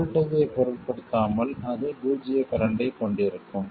voltage ஐப் பொருட்படுத்தாமல் அது பூஜ்ஜிய கரண்ட்டைக் கொண்டிருக்கும்